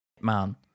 man